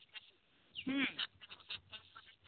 ᱦᱮᱸ